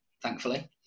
thankfully